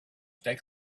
stay